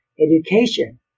Education